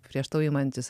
prieš tau imantis